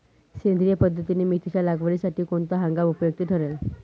सेंद्रिय पद्धतीने मेथीच्या लागवडीसाठी कोणता हंगाम उपयुक्त ठरेल?